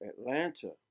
Atlanta